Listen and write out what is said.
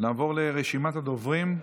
נעבור לרשימת הדוברים.